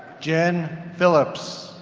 jen phillips